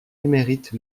émérite